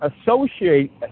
associate